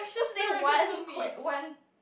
just say one que~ one